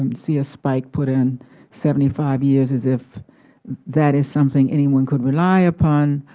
um see a spike put in seventy five years, as if that is something anyone could rely upon,